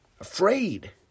Afraid